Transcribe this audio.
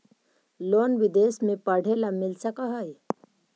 Loan विदेश में पढ़ेला मिल सक हइ?